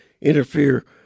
interfere